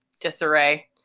disarray